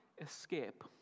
escape